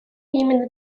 именно